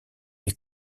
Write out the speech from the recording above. les